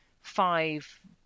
five